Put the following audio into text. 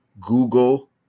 Google